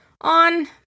on